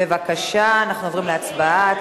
בבקשה, אנחנו עוברים להצבעה.